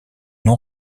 non